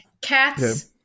Cats